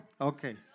okay